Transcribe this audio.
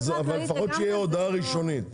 אבל שלפחות תהיה הודעה ראשונית.